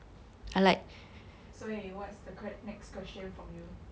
所以 what's the que~ next question from you